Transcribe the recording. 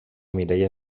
mireia